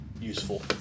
useful